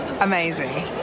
Amazing